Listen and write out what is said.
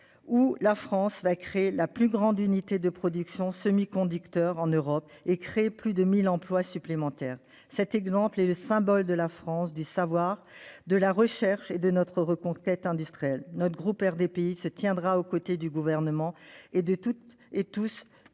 où la France va installer la plus grande unité de production de semi-conducteurs en Europe et créer plus de 1 000 emplois supplémentaires. Cet exemple est le symbole de la France du savoir et de la recherche, ainsi que de notre reconquête industrielle. Le groupe RDPI se tiendra au côté du Gouvernement et de tous ceux